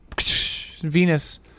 Venus